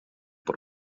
por